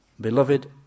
beloved